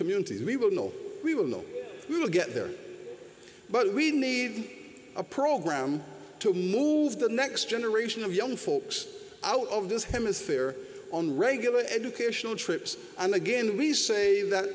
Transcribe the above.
communities we will know we will know we will get there but we need a program to move the next generation of young folks out of this hemisphere on regular educational trips and again we say that